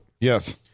Yes